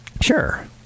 Sure